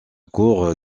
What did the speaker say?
cour